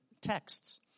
texts